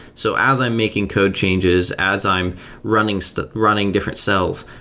so as i'm making code changes, as i'm running so running different cells,